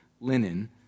linen